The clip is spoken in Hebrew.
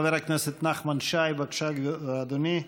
חבר הכנסת נחמן שי, בבקשה, אדוני.